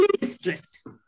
distressed